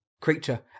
creature